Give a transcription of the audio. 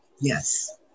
Yes